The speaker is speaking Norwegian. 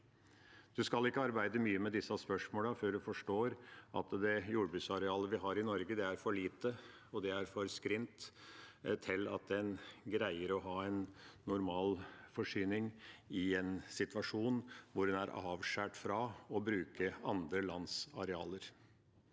En skal ikke arbeide mye med disse spørsmålene før en forstår at det jordbruksarealet vi har i Norge, er for lite. Det er for skrint til at en greier å ha normal forsyning i en situasjon hvor en er avskåret fra å bruke andre lands arealer.